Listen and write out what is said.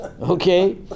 Okay